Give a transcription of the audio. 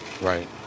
Right